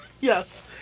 Yes